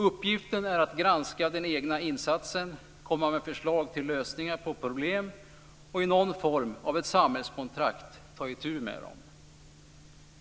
Uppgiften är att granska den egna insatsen, komma med förslag till lösningar på problem och i någon form av samhällskontrakt ta itu med dem.